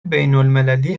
بینالمللی